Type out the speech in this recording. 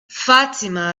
fatima